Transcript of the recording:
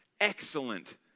excellent